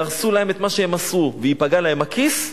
יהרסו להם את מה שהם עשו וייפגע להם הכיס,